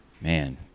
Man